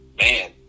Man